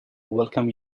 welcome